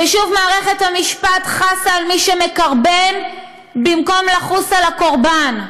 שוב מערכת המשפט חסה על מי שמקרבן במקום לחוס על הקורבן.